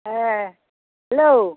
হ্যাঁ হ্যালো